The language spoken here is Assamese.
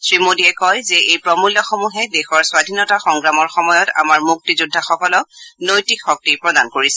শ্ৰী মোদীয়ে কয় যে এই প্ৰমূল্যসমূহে দেশৰ স্বধীনতা সংগ্ৰামৰ সময়ত আমাৰ মুক্তিযোদ্ধাসকলক নৈতিক শক্তি প্ৰদান কৰিছে